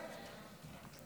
סיימת אותן מזמן.